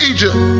Egypt